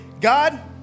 God